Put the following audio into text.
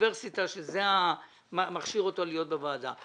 באוניברסיטה שזה מה שמכשיר אותו להיות בוועדה.